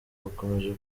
bakomeje